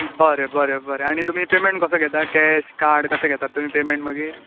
बरें बरें बरें आनी तुमी पेमेंट कसो घेता कॅश कार्ड कशें घेतात तुमी पेयमेंट मागीर